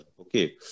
okay